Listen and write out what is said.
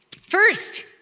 First